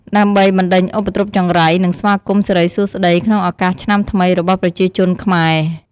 ដើម្បីបណ្តេញឧបទ្រពចង្រៃ និងស្វាគមន៍សិរីសួស្តីក្នុងឱកាសឆ្នាំថ្មីរបស់ប្រជាជនខ្មែរ។